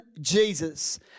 Jesus